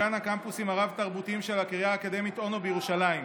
דיקן הקמפוסים הרב-תרבותיים של הקריה האקדמית אונו בירושלים.